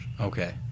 Okay